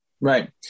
Right